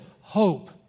hope